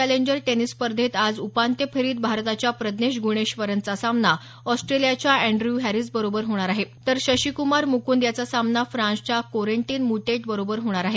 challenger tennis स्पर्धेत आज उपांत्य फेरीत भारताच्या प्रज्ञेश ग्णेश्वरनचा सामना ऑस्ट्रेलियाच्या अँन्ड्रयू हॅरिस बरोबर होणार आहे तर शशीक्रमार म्रकंद याचा सामना फ्रान्सच्या कोरेन्टिन म्रटेट बरोबर होणार आहे